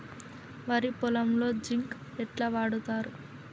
వరి పొలంలో జింక్ ఎట్లా వాడుతరు?